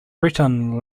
breton